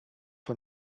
for